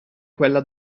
quella